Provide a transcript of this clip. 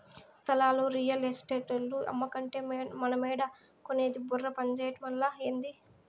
స్థలాలు రియల్ ఎస్టేటోల్లు అమ్మకంటే మనమేడ కొనేది బుర్ర పంజేయటమలా, ఏంది